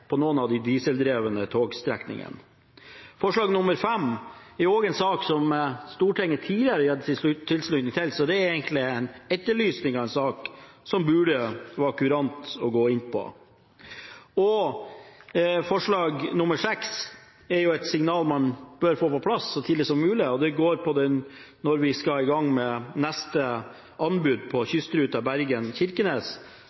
på noen av de dieseldrevne togstrekningene. Forslag nr. 5 er en sak som Stortinget tidligere har fått tilslutning til, så det er egentlig en etterlysning av en sak som burde være kurant å gå inn på. Forslag nr. 6 er et signal man bør få på plass så tidlig som mulig, og det går på når vi skal i gang med neste anbud på